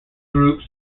groups